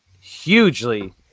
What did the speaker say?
hugely